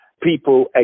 people